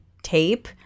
tape